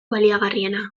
baliagarriena